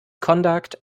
conduct